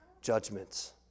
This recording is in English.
judgments